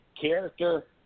character